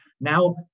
now